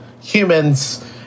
humans